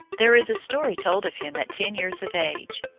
there is a story told of him at ten years of age.